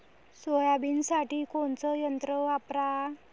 सोयाबीनसाठी कोनचं यंत्र वापरा?